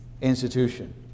institution